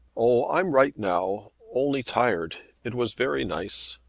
oh i'm right now only tired. it was very nice.